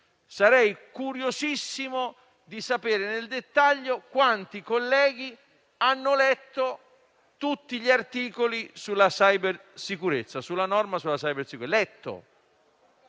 sarei curiosissimo di sapere nel dettaglio quanti colleghi hanno letto tutti gli articoli del decreto-legge sulla cybersicurezza.